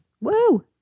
Woo